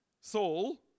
Saul